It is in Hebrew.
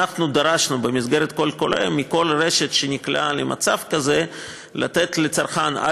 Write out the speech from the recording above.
אנחנו דרשנו במסגרת קול קורא מכל רשת שנקלעה למצב כזה לתת לצרכן,